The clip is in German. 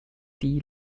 die